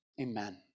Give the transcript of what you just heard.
Amen